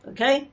Okay